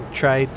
try